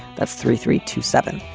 that's three three two seven.